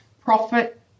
profit